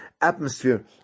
atmosphere